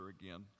again